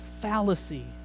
fallacy